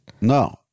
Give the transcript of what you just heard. No